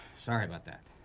sorry about that,